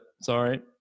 sorry